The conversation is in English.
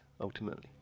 ultimately